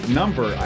number